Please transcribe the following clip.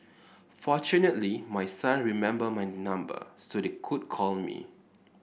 fortunately my son remembered my number so they could call me